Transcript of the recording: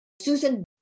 Susan